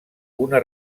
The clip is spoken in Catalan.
una